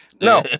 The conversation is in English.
no